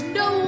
no